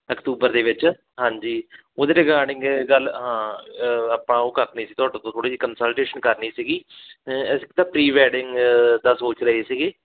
October ਦੇ ਵਿੱਚ ਹਾਂਜੀ ਉਹਦੇ ਰਿਗਾਰਡਿੰਗ ਗੱਲ ਹਾਂ ਅ ਆਪਾਂ ਉਹ ਕਰਨੀ ਸੀ ਤੁਹਾਡੇ ਤੋਂ ਥੋੜ੍ਹੀ ਜਿਹੀ ਕੰਸਲਟੇਸ਼ਨ ਕਰਨੀ ਸੀਗੀ ਅਸੀਂ ਤਾਂ ਪ੍ਰੀ ਵੈਡਿੰਗ ਦਾ ਸੋਚ ਰਹੇ ਸੀਗੇ